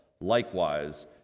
Likewise